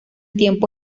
tiempo